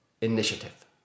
initiative